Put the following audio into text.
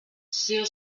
still